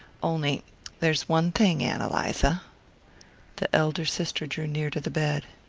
on'y there's one thing ann eliza the elder sister drew near to the bed.